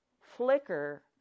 flicker